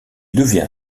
devient